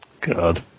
God